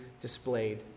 displayed